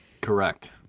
Correct